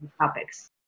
topics